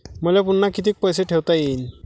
मले पुन्हा कितीक पैसे ठेवता येईन?